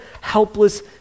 helpless